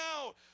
out